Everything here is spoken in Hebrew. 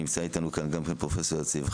נמצא איתנו כאן גם פרופ' יציב,